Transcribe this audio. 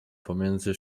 pomiędzy